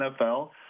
NFL